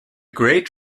great